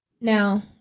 now